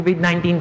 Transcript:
COVID-19